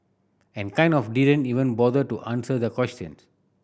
and kind of didn't even bother to answer the question